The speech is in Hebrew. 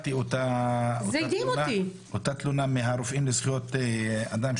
קיבלתי את אותה תלונה מהרופאים לזכויות אדם,